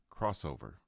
crossover